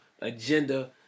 agenda